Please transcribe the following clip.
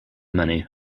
many